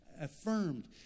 affirmed